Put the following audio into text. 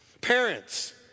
Parents